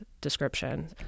description